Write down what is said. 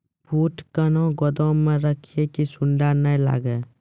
बूट कहना गोदाम मे रखिए की सुंडा नए लागे?